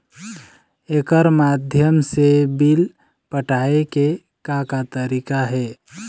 एकर माध्यम से बिल पटाए के का का तरीका हे?